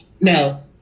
No